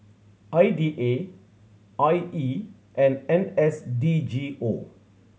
I D A I E and N S D G O